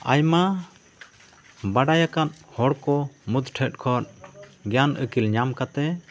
ᱟᱭᱢᱟ ᱵᱟᱰᱟᱭ ᱟᱠᱟᱫ ᱦᱚᱲᱠᱚ ᱢᱩᱫᱽᱴᱷᱮᱡ ᱠᱷᱚᱱ ᱜᱮᱭᱟᱱ ᱟᱹᱠᱤᱞ ᱧᱟᱢ ᱠᱟᱛᱮᱫ